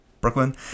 Brooklyn